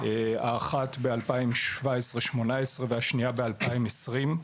האחת בשנת 2017 - 2018 והשנייה בשנת 2020,